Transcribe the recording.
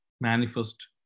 manifest